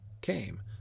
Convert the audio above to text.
came